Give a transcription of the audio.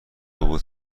بود